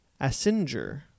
asinger